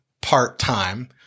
part-time